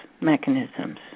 mechanisms